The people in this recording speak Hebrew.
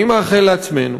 אני מאחל לעצמנו,